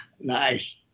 Nice